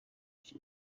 she